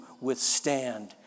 withstand